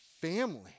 family